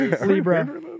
Libra